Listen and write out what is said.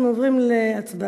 אנחנו עוברים להצבעה.